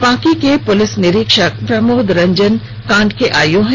पांकी के पुलिस निरीक्षक प्रमोद रंजन कांड के आईओ हैं